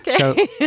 Okay